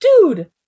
dude